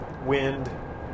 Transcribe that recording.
wind